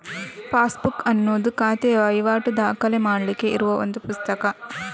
passbook ಅನ್ನುದು ಖಾತೆಯ ವೈವಾಟು ದಾಖಲೆ ಮಾಡ್ಲಿಕ್ಕೆ ಇರುವ ಒಂದು ಪುಸ್ತಕ